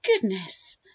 Goodness